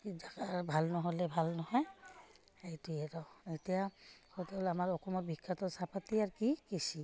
সেই জেগা ভাল নহ'লে ভাল নহয় এইটোৱে আৰু এতিয়া হ'ল আমাৰ অসমৰ বিখ্যাতৰ চাহপাত আৰু কি কৃষি